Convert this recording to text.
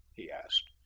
he asked.